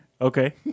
Okay